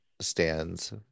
stands